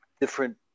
different